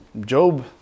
Job